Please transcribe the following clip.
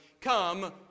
come